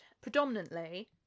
predominantly